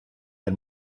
del